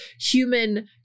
human